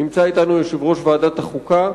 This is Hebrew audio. נמצא אתנו יושב-ראש ועדת החוקה.